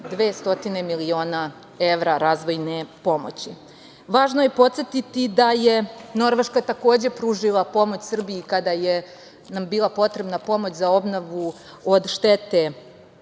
200 miliona evra razvojne pomoći. Važno je podsetiti da je Norveška takođe, pružila pomoć Srbiji kada nam je bila potrebna pomoć od štete